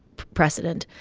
precedent.